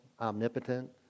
omnipotent